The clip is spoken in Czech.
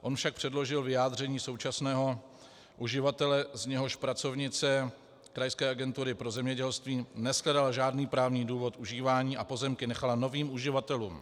On však předložil vyjádření současného uživatele, z něhož pracovnice krajské agentury pro zemědělství neshledala žádný právní důvod užívání a pozemky nechala novým uživatelům.